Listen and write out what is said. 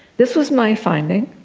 this was my finding,